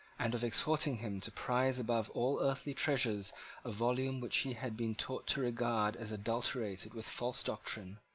and of exhorting him to prize above all earthly treasures a volume which he had been taught to regard as adulterated with false doctrine,